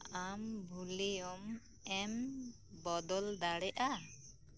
ᱟᱢ ᱵᱷᱚᱞᱤᱭᱟᱢ ᱮᱢ ᱵᱚᱫᱚᱞ ᱫᱟᱲᱮᱭᱟᱜᱼᱟ